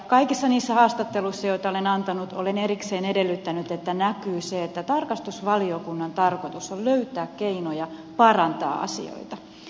kaikissa niissä haastatteluissa joita olen antanut olen erikseen edellyttänyt että näkyy se että tarkastusvaliokunnan tarkoitus on löytää keinoja parantaa asioita